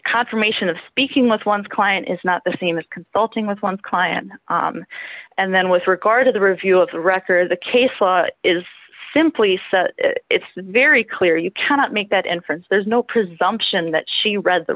confirmation of speaking with one's client is not the same as consulting with one client and then with regard to the review of the record the case law is simply said it's very clear you cannot make that inference there's no presumption that she read the